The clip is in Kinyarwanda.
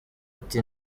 ati